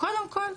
'קודם כל,